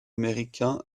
américain